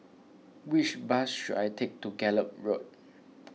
which bus should I take to Gallop Road